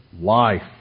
life